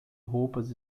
roupas